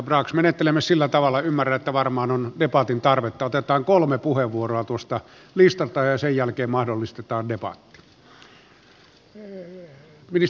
menettelemme sillä tavalla ymmärrätte varmaan on debatin tarvetta että otetaan kolme puheenvuoroa tuosta listalta ja sen jälkeen mahdollistetaan debatti